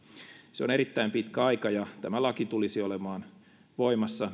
se on erittäin pitkä aika ja mikäli tämä laki tällaisena hyväksytään se tulisi olemaan voimassa